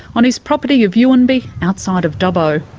on his property of uamby, outside of dubbo.